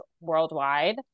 worldwide